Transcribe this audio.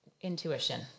Intuition